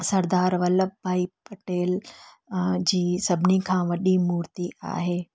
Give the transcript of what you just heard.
सरदार वल्लभ भाई पटेल जी सभिनी खां वॾी मूर्ती आहे